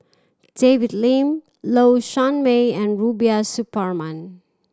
David Lim Low Sanmay and Rubiah Suparman